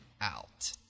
out